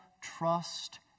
trust